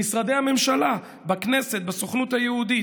במשרדי הממשלה, בכנסת, בסוכנות היהודית.